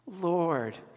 Lord